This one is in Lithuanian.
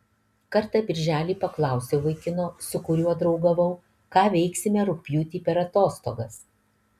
kartą birželį paklausiau vaikino su kuriuo draugavau ką veiksime rugpjūtį per atostogas